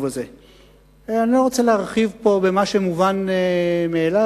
אני לא רוצה להרחיב פה במה שמובן מאליו,